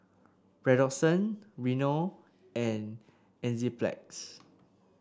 Redoxon Rene and Enzyplex